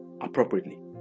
appropriately